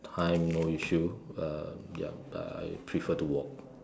time no issue um yum I prefer to walk